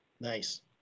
Nice